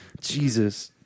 Jesus